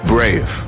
Brave